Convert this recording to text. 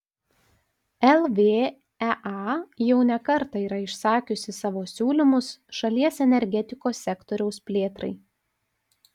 lvea jau ne kartą yra išsakiusi savo siūlymus šalies energetikos sektoriaus plėtrai